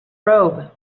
robe